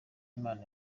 imana